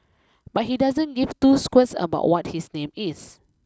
but he doesn't give two squirts about what his name is